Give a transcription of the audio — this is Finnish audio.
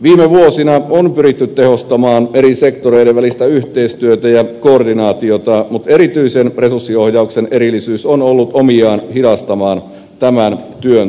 viime vuosina on pyritty tehostamaan eri sektoreiden välistä yhteistyötä ja koordinaatiota mutta erityisen resurssiohjauksen erillisyys on ollut omiaan hidastamaan tämän työn tuloksia